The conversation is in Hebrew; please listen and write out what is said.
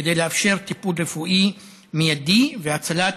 כדי לאפשר טיפול רפואי מיידי והצלת